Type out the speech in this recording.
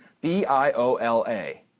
B-I-O-L-A